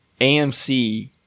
AMC